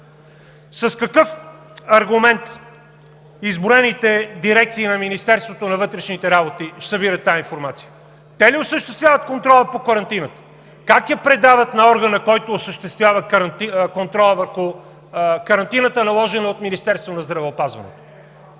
С какъв аргумент изброените дирекции на Министерството на вътрешните работи събират тази информация? Те ли осъществяват контрола по карантината? Как я предават на органа, който осъществява контрола върху карантината, наложена от Министерството на здравеопазването?